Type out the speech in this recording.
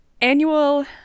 annual